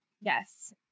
yes